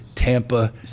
Tampa